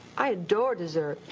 i adore dessert.